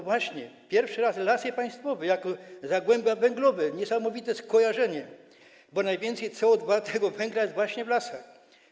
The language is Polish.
Właśnie, pierwszy raz lasy państwowe jako zagłębia węglowe, niesamowite skojarzenie, bo najwięcej CO2, tego węgla, jest właśnie w lasach.